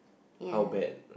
ya